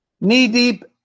knee-deep